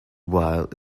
while